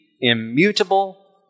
Immutable